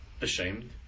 ashamed